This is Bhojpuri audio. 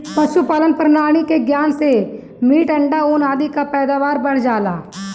पशुपालन प्रणाली के ज्ञान से मीट, अंडा, ऊन आदि कअ पैदावार बढ़ जाला